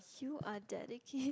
you are dedicate